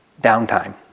downtime